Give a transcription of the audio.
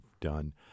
done